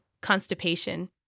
constipation